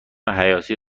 حیاتی